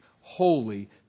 holy